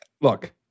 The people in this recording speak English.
look